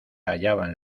hallaban